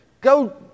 Go